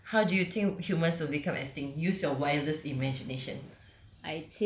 ah how do you think humans will become extinct use your wildest imagination